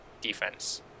defense